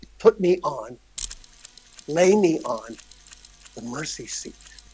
put me on lay me on the mercy seat